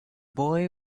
boy